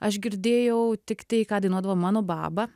aš girdėjau tik tai ką dainuodavo mano baba